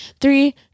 Three